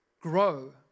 Grow